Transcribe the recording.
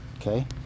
okay